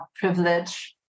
privilege